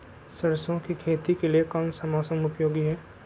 सरसो की खेती के लिए कौन सा मौसम उपयोगी है?